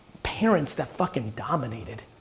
parents that fucking dominated.